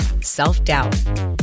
self-doubt